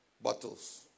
bottles